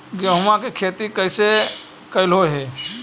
गेहूआ के खेती कैसे कैलहो हे?